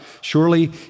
Surely